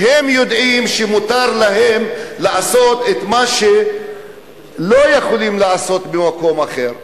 והם יודעים שמותר להם לעשות את מה שלא יכולים לעשות במקום אחר.